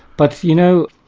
but you know,